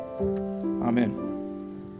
Amen